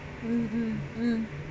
mmhmm mm